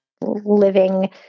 living